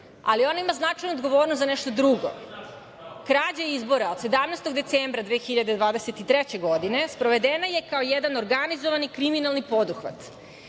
ali ona ima značajnu odgovornost za nešto drugo. Krađa izbora od 17. decembra 2023. godine sprovedena je kao jedan organizovani kriminalni poduhvat.